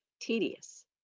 tedious